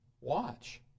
Watch